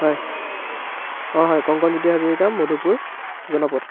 হয় অঁ হয় কংকনজ্যোতি হাজৰিকা মধুপুৰ জনপথ